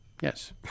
yes